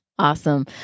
Awesome